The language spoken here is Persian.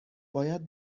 باید